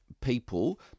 people